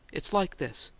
it's like this.